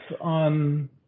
on